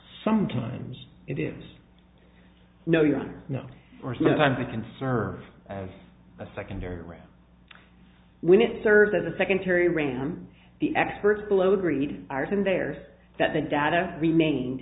sometimes it is no you don't know or sometimes it can serve as a secondary way when it serves as a secondary ram the experts blow agreed ours and theirs that the data remain